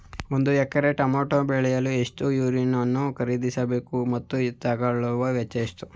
ಒಂದು ಎಕರೆ ಟಮೋಟ ಬೆಳೆಯಲು ಎಷ್ಟು ಯೂರಿಯಾವನ್ನು ಖರೀದಿಸ ಬೇಕು ಮತ್ತು ತಗಲುವ ವೆಚ್ಚ ಎಷ್ಟು?